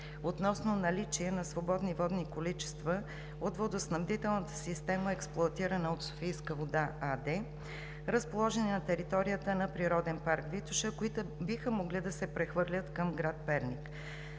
относно наличие на свободни водни количества от водоснабдителната система, експлоатирана от „Софийска вода“ АД, разположена на територията на Природен парк „Витоша“, които биха могли да се прехвърлят към град Перник.